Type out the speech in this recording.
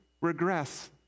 regress